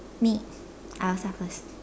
me I will start first